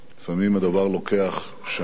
לפעמים הדבר לוקח שנים,